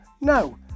No